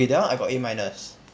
that one I got A minus